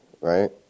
right